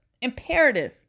imperative